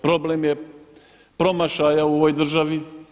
Problem je promašaja u ovoj državi.